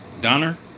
Donner